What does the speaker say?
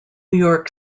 york